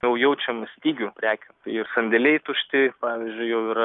jau jaučiam stygių prekių ir sandėliai tušti pavyzdžiui jau yra